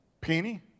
penny